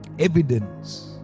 Evidence